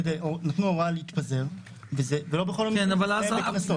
נתנו הוראה להתפזר ולא בכל המקרים זה הסתיים בקנסות.